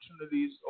opportunities